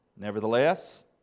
Nevertheless